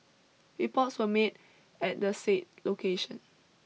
reports were made at the say location